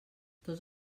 tots